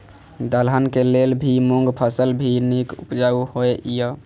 दलहन के लेल भी मूँग फसल भी नीक उपजाऊ होय ईय?